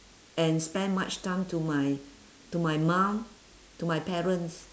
and spend much time to my to my mum to my parents